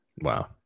Wow